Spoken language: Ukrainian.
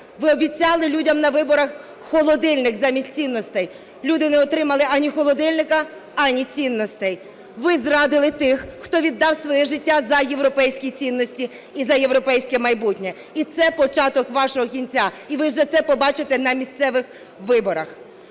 Ви обіцяли людям на виборах холодильник замість цінностей. Люди не отримали ані холодильника, ані цінностей. Ви зрадили тих, хто віддав своє життя за європейські цінності і за європейське майбутнє, і це початок вашого кінця, і вже це побачите на місцевих виборах.